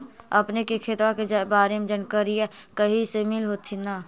अपने के खेतबा के बारे मे जनकरीया कही से मिल होथिं न?